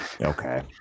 okay